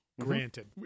granted